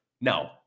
No